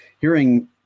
hearing